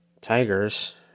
tigers